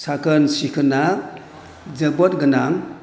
साखोन सिखोना जोबोद गोनां